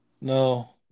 No